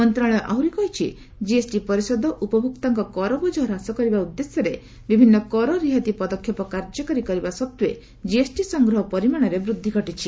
ମନ୍ତ୍ରଣାଳୟ ଆହୁରି କହିଛି' କିଏସଟି ପରିଷଦ ଉପଭୋକ୍ତାଙ୍କ କର ବୋଝ ହ୍ରାସ କରିବା ଉଦ୍ଦେଶ୍ୟରେ ବିଭିନ୍ନ କର ରିହାତି ପଦକ୍ଷେପ କାର୍ଯ୍ୟକାରୀ କରିବା ସତ୍ତ୍ୱେ ଜିଏସଟି ସଂଗ୍ରହ ପରିମାଣରେ ବୃଦ୍ଧି ଘଟିଛି